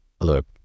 Look